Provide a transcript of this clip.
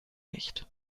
nicht